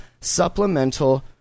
supplemental